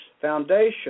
Foundation